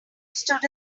stood